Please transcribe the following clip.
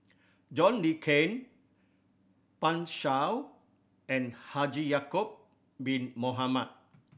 John Le Cain Pan Shou and Haji Ya'acob Bin Mohamed